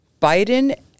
Biden